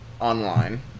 online